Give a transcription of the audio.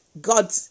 God